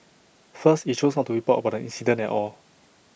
first IT chose not to report about the incident at all